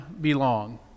belong